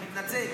אני מתנצל.